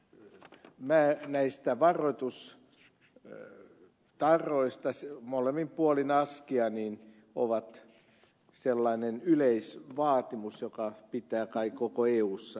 kyllä vähentyneistä varoitus vaatimus varoitustarroista molemmin puolin askia on sellainen yleisvaatimus joka pitää kai koko eussa